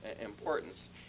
importance